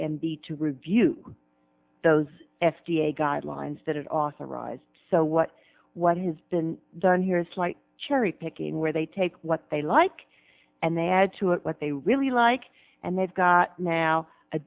b to review those f d a guidelines that it authorized so what what has been done here is white cherry picking where they take what they like and they add to it what they really like and they've got now a